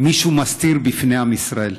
מישהו מסתיר מפני עם ישראל.